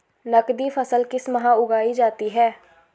नकदी फसल किस माह उगाई जाती है?